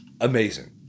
amazing